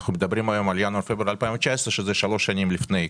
אנחנו מדברים היום על ינואר-פברואר 2019 שזה שלוש שנים לפני.